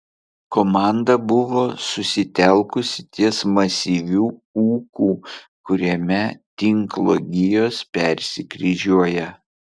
komanda buvo susitelkusi ties masyviu ūku kuriame tinklo gijos persikryžiuoja